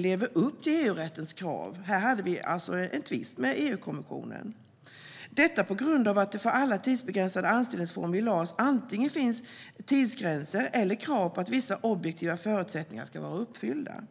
lever upp till EU-rättens krav. Här hade vi alltså en tvist med EU-kommissionen. Detta var på grund av att det för alla tidsbegränsade anställningsformer i LAS antingen finns tidsgränser eller krav på att vissa objektiva förutsättningar ska vara uppfyllda.